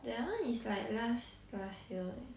that one is like last last year eh